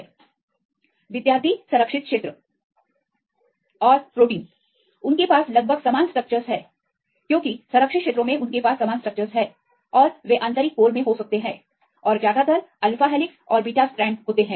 Refer Time 0333 विद्यार्थी संरक्षित क्षेत्र Refer Time 0333 और प्रोटीन उनके पास लगभग समान स्ट्रक्चरस हैं क्योंकि संरक्षित क्षेत्रों में उनके पास समान स्ट्रक्चरस हैं और वे आंतरिक कोर में हो सकते हैं और ज्यादातर में अल्फा हेलिक्स और बीटा स्ट्रैंड होते हैं